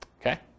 Okay